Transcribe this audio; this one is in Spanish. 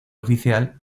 oficial